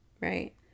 right